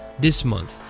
this month,